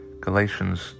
Galatians